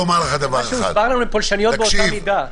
הוסבר לנו שהן פולשניות באותה מידה.